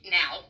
now